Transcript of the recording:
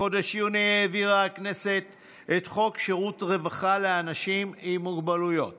בחודש יוני העבירה הכנסת את חוק שירות רווחה לאנשים עם מוגבלויות